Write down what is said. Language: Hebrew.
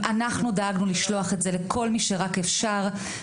אנחנו דאגנו לשלוח את זה לכל מי שרק אפשר.